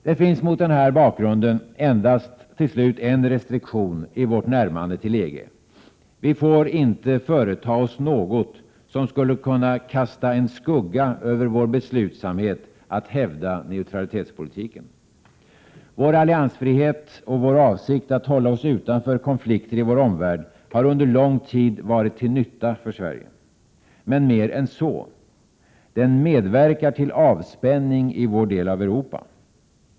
Det finns mot den här bakgrunden till slut endast en restriktion i vårt närmande till EG: Vi får inte företa oss något som skulle kunna kasta en skugga över vår beslutsamhet att hävda neutralitetspolitiken. Vår alliansfrihet och vår avsikt att hålla oss utanför konflikter i vår omvärld har under lång tid varit till nytta för Sverige. Mer än så: Den medverkar till avspänning i vår del av Europa.